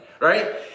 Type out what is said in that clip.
right